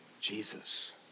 Jesus